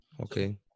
Okay